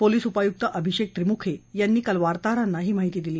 police उपायुक्त अभिषेक त्रिमुखे यांनी काल वार्ताहरांना ही माहिती दिली